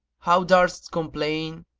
how durst complain